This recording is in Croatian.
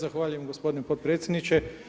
Zahvaljujem gospodine potpredsjedniče.